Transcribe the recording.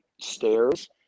stairs